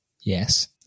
yes